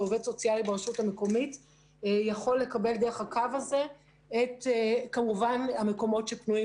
עובד סוציאלי ברשות המקומית יכול לקבל דרך הקו הזה את המקומות שפנויים